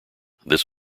this